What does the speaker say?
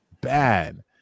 bad